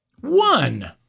One